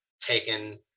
taken